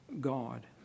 God